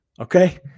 Okay